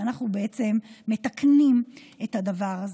ואנחנו מתקנים את הדבר הזה.